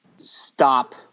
stop